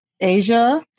Asia